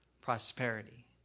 prosperity